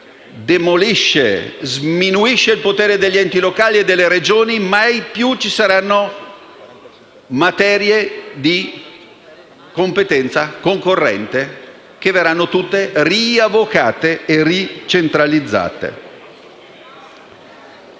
demolisce e sminuisce il potere degli enti locali e delle regioni. Mai più ci saranno materie di competenza concorrente, che verranno tutte riavocate e ricentralizzate.